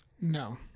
no